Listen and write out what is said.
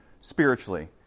spiritually